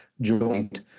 joint